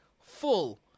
full